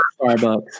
Starbucks